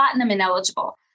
ineligible